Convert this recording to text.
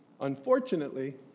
Unfortunately